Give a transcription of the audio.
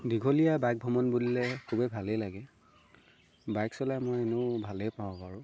দীঘলীয়া বাইক ভ্ৰমণ বুলিলে খুবেই ভালেই লাগে বাইক চলাই মই এনেও ভালেই পাওঁ বাৰু